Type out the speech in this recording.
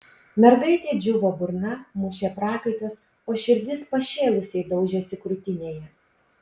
mergaitei džiūvo burna mušė prakaitas o širdis pašėlusiai daužėsi krūtinėje